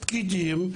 הפקידים,